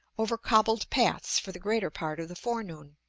over cobbled paths for the greater part of the forenoon.